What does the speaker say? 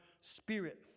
spirit